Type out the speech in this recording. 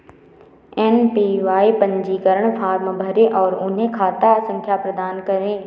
APY पंजीकरण form भरें और उन्हें खाता संख्या प्रदान करें